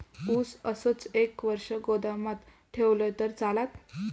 ऊस असोच एक वर्ष गोदामात ठेवलंय तर चालात?